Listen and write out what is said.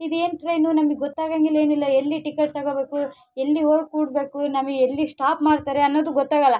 ಇದು ಏನು ಟ್ರೈನು ನಮಗೆ ಗೊತ್ತಾಗೋದಿಲ್ಲ ಏನಿಲ್ಲ ಎಲ್ಲಿ ಟಿಕೆಟ್ ತೊಗೋಬೇಕು ಎಲ್ಲಿಗೆ ಹೋಗಿ ಕೂಡಬೇಕು ನಮಗೆ ಎಲ್ಲಿ ಸ್ಟಾಪ್ ಮಾಡ್ತಾರೆ ಅನ್ನೋದು ಗೊತ್ತಾಗೋಲ್ಲ